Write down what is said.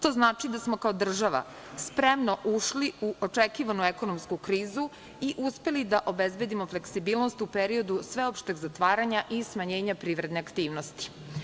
To znači da smo kao država spremno ušli u očekivanu ekonomsku krizu i uspeli da obezbedimo fleksibilnost u periodu sveopšteg zatvaranja i smanjenja privredne aktivnosti.